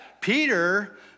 Peter